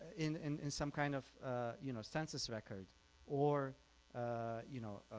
in in some kind of you know census records or you know